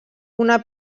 una